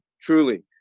truly